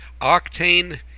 octane